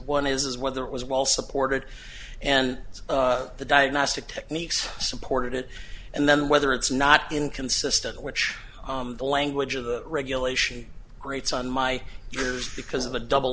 one is whether it was well supported and the diagnostic techniques supported it and then whether it's not inconsistent which the language of the regulation grates on my ears because of a double